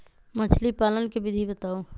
मछली पालन के विधि बताऊँ?